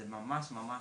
זאת ישיבת מעקב.